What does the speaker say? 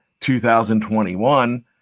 2021